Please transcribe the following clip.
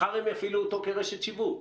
מחר הם יפעילו אותו כרשת שיווק.